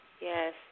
Yes